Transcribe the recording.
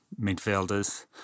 midfielders